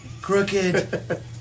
Crooked